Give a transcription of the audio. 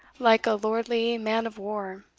like a lordly man of war,